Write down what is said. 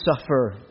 suffer